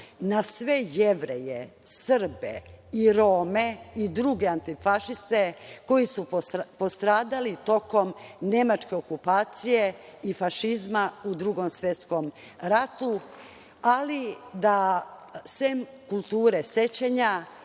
na sve Jevreje, Srbe, Rome i druge antifašiste koji su postradali tokom nemačke okupacije i fašizma u Drugom svetskom ratu, ali da sem kulture sećanja